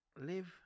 live